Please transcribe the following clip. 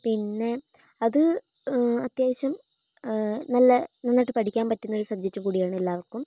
പിന്നെ അത് അത്യാവശ്യം നല്ല നന്നായിട്ട് പഠിക്കാൻ പറ്റുന്ന ഒരു സബ്ജക്ട് കൂടിയാണ് എല്ലാവർക്കും